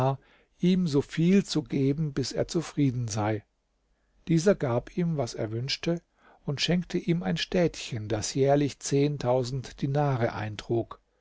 ihm so viel zu geben bis er zufrieden sei dieser gab ihm was er wünschte und schenkte ihm ein städtchen das jährlich zehntausend dinare eintrug